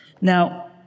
Now